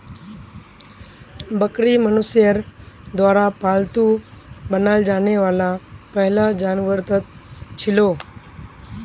बकरी मनुष्यर द्वारा पालतू बनाल जाने वाला पहला जानवरतत छिलो